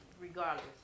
regardless